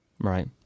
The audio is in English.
Right